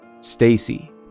Stacy